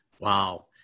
wow